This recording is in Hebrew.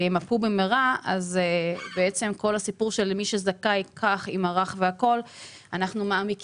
כל הסיפור של מי שזכאי יימרח ואנחנו נעמיק